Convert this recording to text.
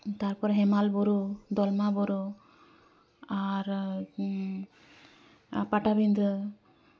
ᱛᱟᱨᱯᱚᱨᱮ ᱦᱮᱢᱟᱞ ᱵᱩᱨᱩ ᱫᱚᱞᱢᱟ ᱵᱩᱨᱩ ᱟᱨ ᱯᱟᱴᱟᱵᱤᱫᱷᱟᱹ